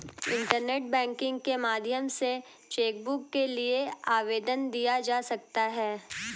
internet banking के माध्यम से चैकबुक के लिए आवेदन दिया जा सकता है